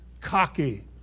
Cocky